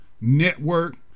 network